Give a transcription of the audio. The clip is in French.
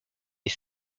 est